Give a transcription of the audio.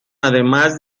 además